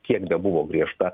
kiek bebuvo griežta